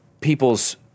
people's